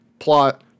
Plot